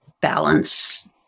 balance